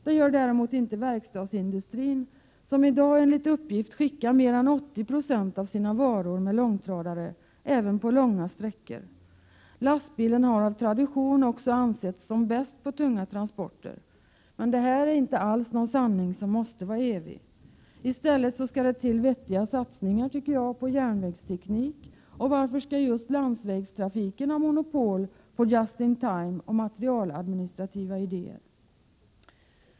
Det gör däremot inte verkstadsindustrin, som i dag enligt uppgift skickar mer än 80 20 av sina varor med långtradare, även på långa sträckor. Lastbilen har av tradition också ansetts Prot. 1987/88:116 vara bäst vid tunga transporter. Men det är inte alls någon sanning som måste En framtidsinriktad vara evig. I stället skall det till vettiga satsningar på järnvägsteknik, tycker jag. Varför skall just landsvägstrafiken ha monopol på ”just in time” och materialadministrativa idéer.